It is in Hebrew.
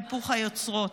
היפוך היוצרות.